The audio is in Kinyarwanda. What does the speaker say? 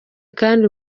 kandi